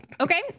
Okay